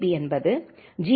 B என்பது G